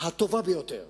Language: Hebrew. הטובה ביותר